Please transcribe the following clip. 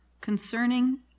concerning